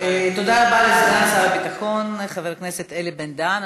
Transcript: תודה רבה לסגן שר הביטחון חבר הכנסת אלי בן-דהן.